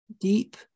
deep